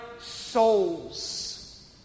souls